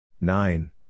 Nine